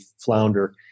flounder